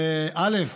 א.